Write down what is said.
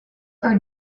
are